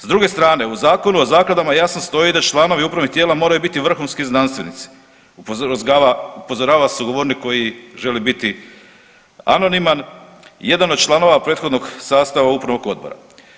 S druge strane u Zakonu o zakladama jasno stoji da članovi upravnih tijela moraju biti vrhunski znanstvenici upozorava sugovornik koji želi biti anoniman i jedan od članova prethodnog sastava upravnog odbora.